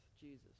Jesus